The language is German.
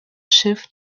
schiff